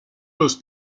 los